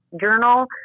journal